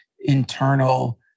internal